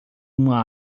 uma